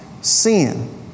sin